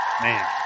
man